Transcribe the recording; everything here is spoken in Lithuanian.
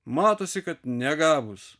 matosi kad negavus